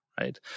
Right